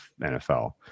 nfl